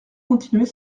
continuer